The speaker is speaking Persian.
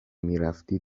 میرفتی